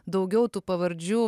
daugiau tų pavardžių